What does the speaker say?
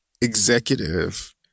executive